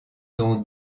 dont